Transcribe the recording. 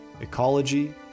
ecology